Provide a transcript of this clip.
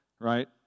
right